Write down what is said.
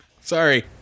Sorry